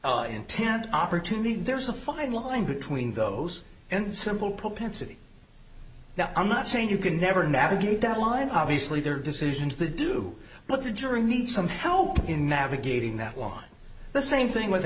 oh intent opportunity there's a fine line between those and simple propensity now i'm not saying you can never navigate that line obviously their decisions the do but the jury need some help in navigating that one the same thing with